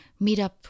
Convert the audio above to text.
meetup